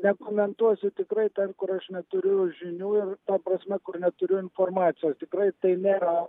nekomentuosiu tikrai ten kur aš neturiu žinių ir ta prasme kur neturiu informacijos tikrai tai nėra